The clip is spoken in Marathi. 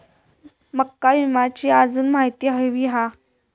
माका विम्याची आजून माहिती व्हयी हा?